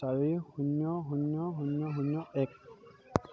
চাৰি শূন্য শূন্য শূন্য শূন্য এক